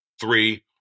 Three